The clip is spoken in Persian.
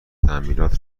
تعمیرات